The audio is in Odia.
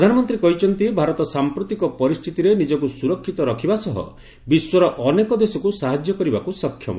ପ୍ରଧାନମନ୍ତ୍ରୀ କହିଛନ୍ତି ଭାରତ ସାଂପ୍ରତିକ ପରିସ୍ଥିତିରେ ନିଜକୁ ସୁରକ୍ଷିତ ରଖିବା ସହ ବିଶ୍ୱର ଅନେକ ଦେଶକୁ ସାହାଯ୍ୟ କରିବାକୁ ସକ୍ଷମ